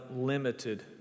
limited